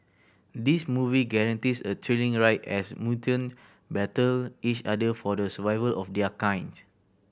this movie guarantees a thrilling ride as mutant battle each other for the survival of their kind